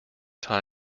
time